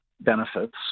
benefits